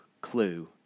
clue